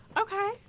Okay